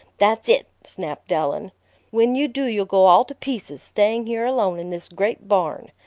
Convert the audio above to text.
that's it! snapped ellen when you do, you'll go all to pieces, staying here alone in this great barn.